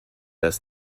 dass